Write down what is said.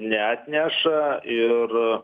neatneša ir